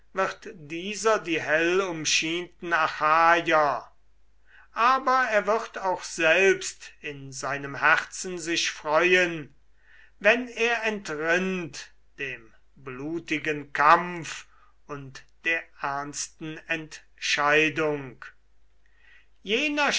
wird dieser die hellumschienten achaier aber er wird auch selbst in seinem herzen sich freuen wenn er entrinnt dem blutigen kampf und der ernsten entscheidung jener